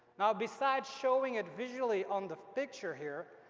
besides showing it visually on the picture here,